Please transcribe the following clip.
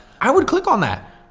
i would click on that.